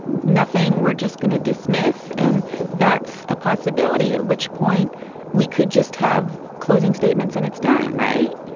nothing, we're just going to dismiss. and that's a possibility, at which point we could just have closing statements and it's done, right?